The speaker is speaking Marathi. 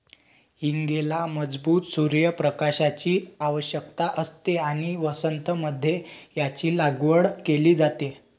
हींगेला मजबूत सूर्य प्रकाशाची आवश्यकता असते आणि वसंत मध्ये याची लागवड केली जाते